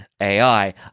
AI